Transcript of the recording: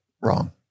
wrong